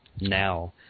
now